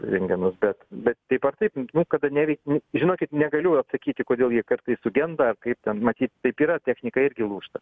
rengenus bet bet taip ar taip nu kada neveikia nu žinokit negaliu atsakyti kodėl jie kartais sugendaar kaip ten matyt taip yra technika irgi lūžta